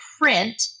print